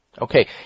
Okay